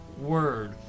word